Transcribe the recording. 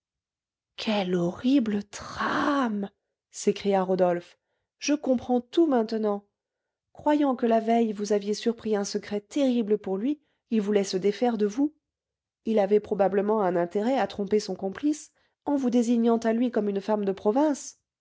quelle horrible trame s'écria rodolphe je comprends tout maintenant croyant que la veille vous aviez surpris un secret terrible pour lui il voulait se défaire de vous il avait probablement un intérêt à tromper son complice en vous désignant à lui comme une femme de province